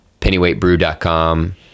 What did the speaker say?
pennyweightbrew.com